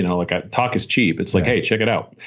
and like ah talk is cheap. it's like, hey check it out.